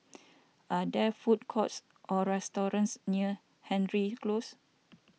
are there food courts or restaurants near Hendry Close